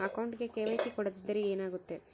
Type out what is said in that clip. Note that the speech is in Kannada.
ಅಕೌಂಟಗೆ ಕೆ.ವೈ.ಸಿ ಕೊಡದಿದ್ದರೆ ಏನಾಗುತ್ತೆ?